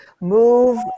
move